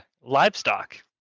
livestock